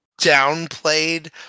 downplayed